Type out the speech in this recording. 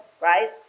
right